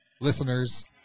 listeners